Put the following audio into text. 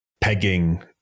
pegging